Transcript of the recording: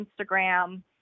instagram